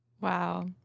Wow